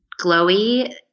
glowy